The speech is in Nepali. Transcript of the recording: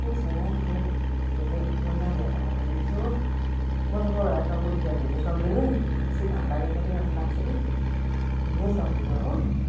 केही छैन त्यो के अरे म नानीहरूलाई पठाइदिन्छु हो म त कोही बेला टाउको दुखेर हिँड्न सक्दिनँ नि बेसी घाम लाग्यो भने त रिङ्गटा लाग्छ कि हिँड्नै सक्दिनँ हो